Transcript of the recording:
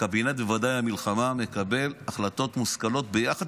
בוודאי קבינט המלחמה מקבל החלטות מושכלות ביחד